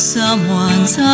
someone's